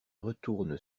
retourne